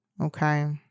okay